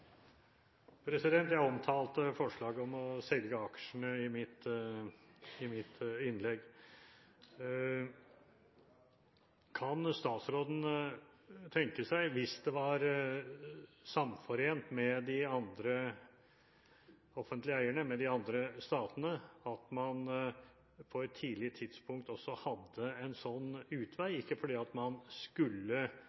å selge aksjene i mitt innlegg. Kan statsråden – hvis det var samforent med de andre offentlige eierne, med de andre statene – tenke seg at man på et tidlig tidspunkt også hadde en sånn utvei,